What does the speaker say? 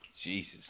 Jesus